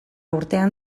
urtean